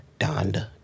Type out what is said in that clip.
Donda